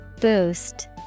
Boost